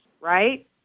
Right